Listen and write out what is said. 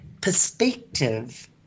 perspective